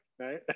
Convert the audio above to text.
right